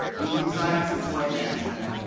movement science and sport management,